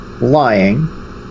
lying